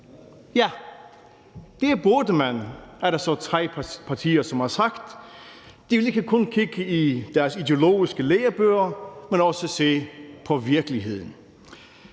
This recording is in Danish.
Ja, det burde man, er der så tre partier, som har sagt. De vil ikke kun kigge i deres ideologiske lærebøger, men også se på virkeligheden.